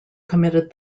committed